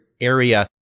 area